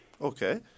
Okay